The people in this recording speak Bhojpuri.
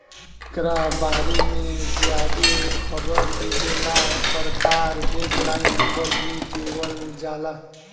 एकरा बारे में ज्यादे खबर लेहेला सरकार हेल्पलाइन नंबर भी देवल जाला